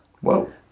Whoa